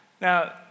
Now